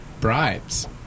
bribes